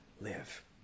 Live